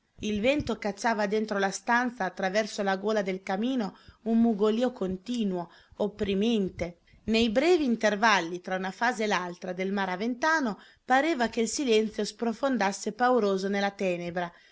il vento cacciava dentro la stanza attraverso la gola del camino un mugolìo continuo opprimente nei brevi intervalli tra una fase e l'altra del maraventano pareva che il silenzio sprofondasse pauroso nella tenebra